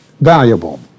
valuable